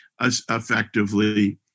effectively